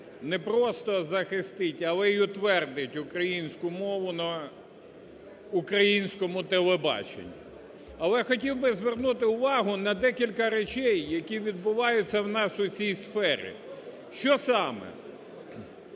не просто захистить, але і утвердить українську мову на українському телебаченні. Але хотів би звернути увагу на декілька речей, які відбуваються у нас у цій сфері. Що саме?